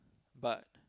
but